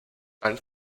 allen